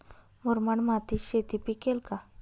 मुरमाड मातीत शेती पिकेल का?